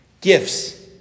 gifts